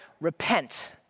repent